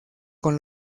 con